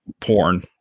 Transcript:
porn